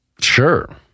Sure